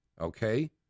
okay